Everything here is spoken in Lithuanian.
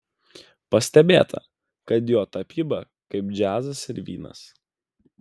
pastebėta kad jo tapyba kaip džiazas ir vynas